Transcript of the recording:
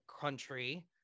country